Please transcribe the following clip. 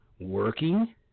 working